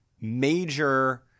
major